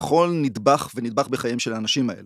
כל נדבך ונדבך בחייהם של האנשים האלה.